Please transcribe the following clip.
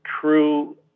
true